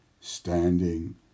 standing